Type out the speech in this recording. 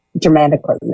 dramatically